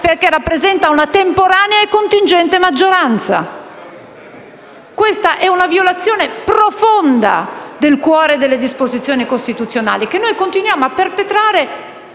perché rappresenta una temporanea e contingente maggioranza. Questa è una violazione profonda del cuore delle disposizioni costituzionali, che noi continuiamo a perpetrare,